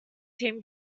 team